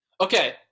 Okay